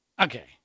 Okay